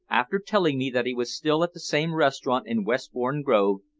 after telling me that he was still at the same restaurant in westbourne grove,